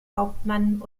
hauptmann